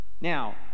Now